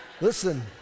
Listen